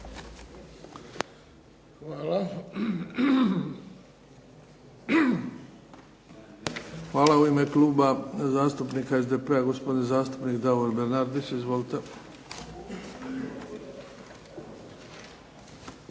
Hvala. U ime Kluba zastupnika SDP-a gospodin zastupnik Davor Bernardić. Izvolite.